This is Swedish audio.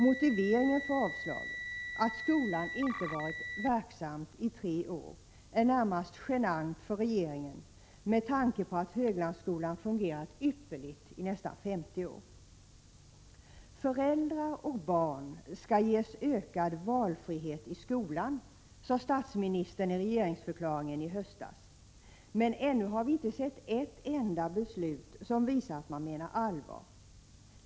Motiveringen för avslag, att skolan inte varit verksam i tre år, är närmast genant för regeringen, med tanke på att Höglandsskolan fungerat ypperligt i nästan 50 år. ”Föräldrar och barn skall ges ökad valfrihet i skolan”, sade statsministern i regeringsförklaringen i höstas, men ännu har vi inte sett ett enda beslut som visar att man menar allvar.